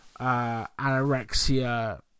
anorexia